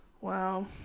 Wow